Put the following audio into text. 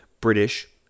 British